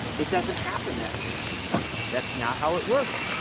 it doesn't happen that way anymore. that's not how it works.